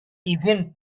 even